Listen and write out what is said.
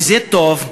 וזה טוב,